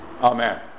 Amen